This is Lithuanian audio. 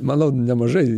manau nemažai